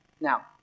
Now